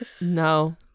No